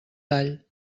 tall